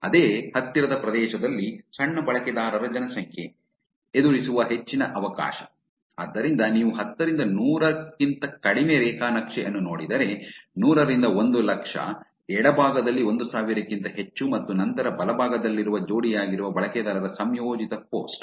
ಅದೇ ಹತ್ತಿರದ ಪ್ರದೇಶದಲ್ಲಿ ಸಣ್ಣ ಬಳಕೆದಾರರ ಜನಸಂಖ್ಯೆ ಎದುರಿಸುವ ಹೆಚ್ಚಿನ ಅವಕಾಶ ಆದ್ದರಿಂದ ನೀವು ಹತ್ತರಿಂದ ನೂರಕ್ಕಿಂತ ಕಡಿಮೆ ರೇಖಾ ನಕ್ಷೆ ಅನ್ನು ನೋಡಿದರೆ ನೂರರಿಂದ ಒಂದು ಲಕ್ಷ ಎಡಭಾಗದಲ್ಲಿ ಒಂದು ಸಾವಿರ ಕ್ಕಿಂತ ಹೆಚ್ಚು ಮತ್ತು ನಂತರ ಬಲಭಾಗದಲ್ಲಿರುವ ಜೋಡಿಯಾಗಿರುವ ಬಳಕೆದಾರರ ಸಂಯೋಜಿತ ಪೋಸ್ಟ್